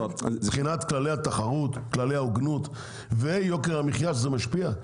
מבחינת כללי התחרות כללי הוגנות ויוקר המחיה שזה משפיע?